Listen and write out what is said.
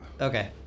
Okay